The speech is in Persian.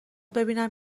ببینم